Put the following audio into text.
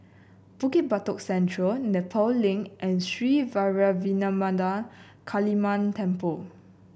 Bukit Batok Central Nepal Link and Sri Vairavimada Kaliamman Temple